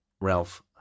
Ralph